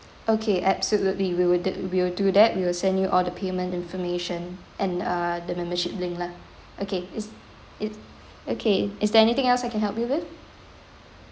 okay absolutely we will do we will do that we will send you all the payment information and uh the membership link lah okay is it okay is there anything else I can help you with